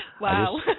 Wow